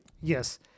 yes